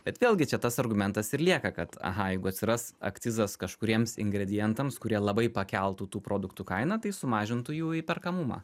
bet vėlgi čia tas argumentas ir lieka kad aha jeigu atsiras akcizas kažkuriems ingredientams kurie labai pakeltų tų produktų kainą tai sumažintų jų įperkamumą